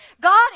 God